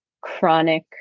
chronic